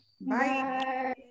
Bye